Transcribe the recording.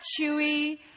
chewy